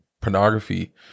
pornography